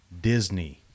Disney